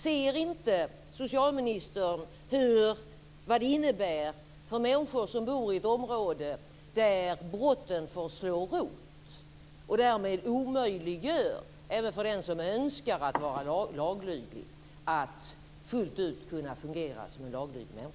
Ser inte justitieministern vad det innebär för människor som bor i ett område där brotten får slå rot och därmed omöjliggör även för den som önskar att vara laglydig att fullt ut kunna fungera som en laglydig människa?